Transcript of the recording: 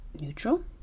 neutral